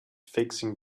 fixing